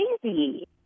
crazy